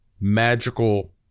magical